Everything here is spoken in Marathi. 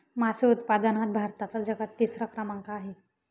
मासे उत्पादनात भारताचा जगात तिसरा क्रमांक आहे